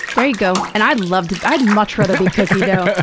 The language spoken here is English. there you go. and i'd love to i'd much rather be cookie dough.